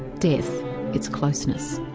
death its closeness.